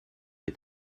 est